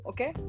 Okay